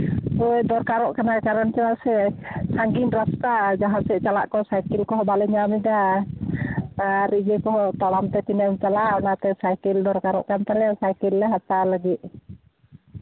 ᱦᱳᱭ ᱫᱚᱨᱠᱟᱨᱚᱜ ᱠᱟᱱᱟ ᱠᱟᱨᱚᱱ ᱪᱮᱫᱟᱜ ᱥᱮ ᱥᱟᱺᱜᱤᱧ ᱨᱟᱥᱛᱟ ᱡᱟᱦᱟᱸ ᱥᱮᱫ ᱪᱟᱞᱟᱜ ᱠᱚ ᱥᱟᱭᱠᱮᱞ ᱠᱚᱦᱚᱸ ᱵᱟᱞᱮ ᱧᱟᱢ ᱮᱫᱟ ᱟᱨ ᱤᱭᱟᱹ ᱠᱚᱦᱚᱸ ᱛᱟᱲᱟᱢ ᱛᱮ ᱛᱤᱱᱟᱹᱜ ᱮᱢ ᱪᱟᱞᱟᱜᱼᱟ ᱚᱱᱟᱛᱮ ᱥᱟᱭᱠᱮᱞ ᱫᱚᱨᱠᱟᱨᱚᱜ ᱠᱟᱱ ᱛᱟᱞᱮᱭᱟ ᱥᱟᱭᱠᱮᱞ ᱞᱮ ᱦᱟᱛᱟᱣ ᱞᱟᱹᱜᱤᱫ